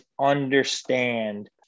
understand